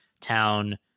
town